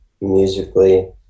musically